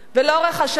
ולאורך השנים,